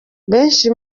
benshi